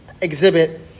exhibit